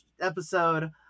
episode